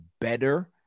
better